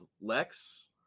Lex